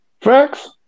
Facts